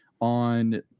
on